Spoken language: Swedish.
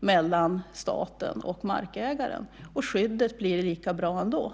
mellan staten och markägaren går smidigare, och skyddet blir lika bra ändå.